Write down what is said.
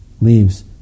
leaves